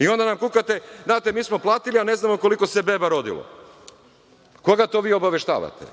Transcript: nam kukate – znate mi smo platili, a ne znamo koliko se beba rodilo. Koga to vi obaveštavate?